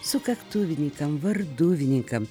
sukaktuvininkam varduvininkam